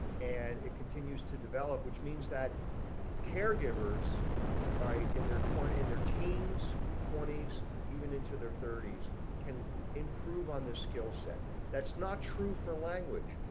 and it continues to develop which means that caregivers right in their twenty in their teens twenty s so even into their thirty s can improve on their skill set that's not true for language.